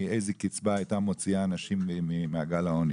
איזה קצבה הייתה מוציאה אנשים ממעגל העוני.